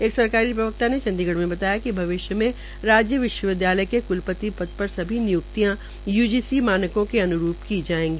एक स्रकारी प्रवक्ता ने चंडीगढ़ में बताया कि भविष्य में राज्य विश्वविद्यालय के क्लपति पद पर सभी निय्क्तियां यूजीसी मानकों के अन्रूप की जायेगी